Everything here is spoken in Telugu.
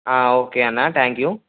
ఓకే అన్న థ్యాంక్ యూ